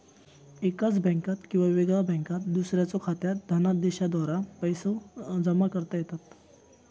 एकाच बँकात किंवा वेगळ्या बँकात दुसऱ्याच्यो खात्यात धनादेशाद्वारा पैसो जमा करता येतत